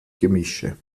gemische